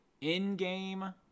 in-game